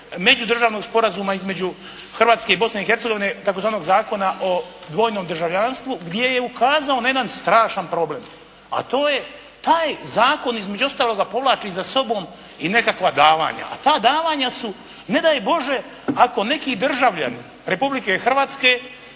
međudržavnog sporazuma između Hrvatske i Bosne i Hercegovine, tzv. Zakona o dvojnom državljanstvu gdje je ukazao na jedan strašan problem, a to je taj Zakon između ostaloga povlači za sobom i nekakva davanja, a ta davanja su ne daj Bože ako neki državljanin Republike Hrvatske